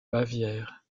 bavière